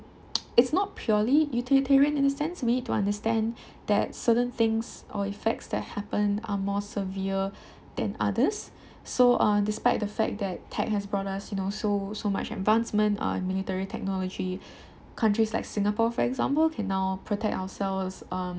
it's not purely utilitarian in a sense we need to understand that certain things or effects that happen are more severe than others so uh despite the fact that tech has brought us you know so so much advancement uh in military technology countries like Singapore for example can now protect ourselves um